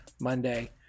Monday